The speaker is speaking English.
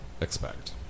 expect